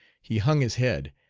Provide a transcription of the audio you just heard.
he hung his head,